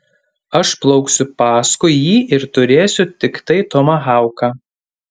aš plauksiu paskui jį ir turėsiu tiktai tomahauką